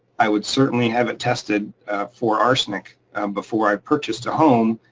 i would certainly have it tested for arsenic um before i purchased a home.